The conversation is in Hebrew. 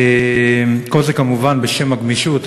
כל זה כמובן בשם הגמישות.